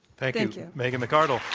thank thank you. megan mcardle.